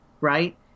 right